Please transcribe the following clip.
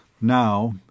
Now